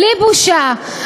בלי בושה,